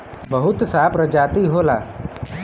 बहुत सा प्रजाति होला